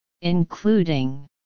including